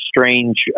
strange